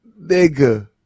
Nigga